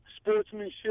sportsmanship